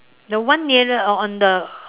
the one nearer or on the